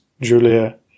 Julia